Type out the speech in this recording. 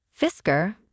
Fisker